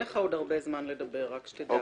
אין לך עוד הרבה זמן לדבר, רק שתדע.